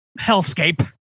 hellscape